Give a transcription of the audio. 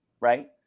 right